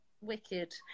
Wicked